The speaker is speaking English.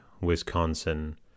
Wisconsin